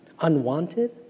unwanted